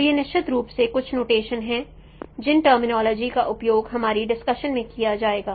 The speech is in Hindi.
तो ये निश्चित रूप से कुछ नोटेशंस हैं जिन टर्मिनोलॉजी का उपयोग हमारी डिस्कशन में किया जाएगा